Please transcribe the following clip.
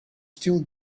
still